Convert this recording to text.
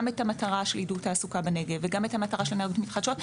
את המטרה של עידוד תעסוקה בנגב וגם את המטרה של אנרגיות מתחדשות,